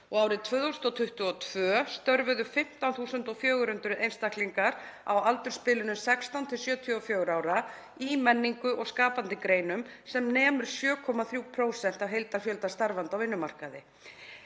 árið 2022 störfuðu 15.400 einstaklingar á aldursbilinu 16–74 ára í menningu og skapandi greinum, sem nemur 7,3% af heildarfjölda starfandi á vinnumarkaði.